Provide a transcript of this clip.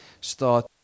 start